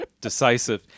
Decisive